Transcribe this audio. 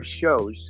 shows